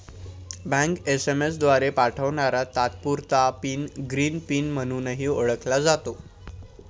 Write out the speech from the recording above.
bank SMS द्वारे पाठवणारा तात्पुरता पिन ग्रीन पिन म्हणूनही ओळखला जातो